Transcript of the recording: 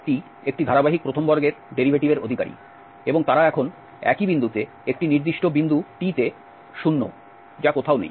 rt একটি ধারাবাহিক প্রথম বর্গের ডেরিভেটিভের অধিকারী এবং তারা এখন একই বিন্দুতে একটি নির্দিষ্ট বিন্দু t তে শূন্য কোথাও নেই